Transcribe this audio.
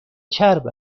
چرب